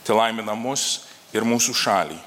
telaimina mus ir mūsų šalį